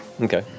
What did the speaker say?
Okay